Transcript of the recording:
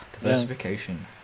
Diversification